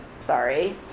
sorry